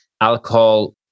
alcohol